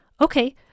Okay